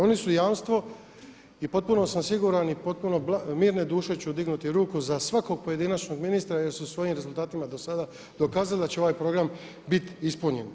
Oni su jamstvo i potpuno sam siguran i potpuno ću mirne duše dignuti ruku za svakog pojedinačnog ministra jer su svojim rezultatima do sada dokazali da će ovaj program biti ispunjen.